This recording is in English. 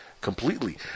completely